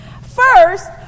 First